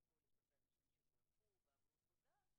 קודם כל יש הרבה אנשים שבירכו ואמרו תודה,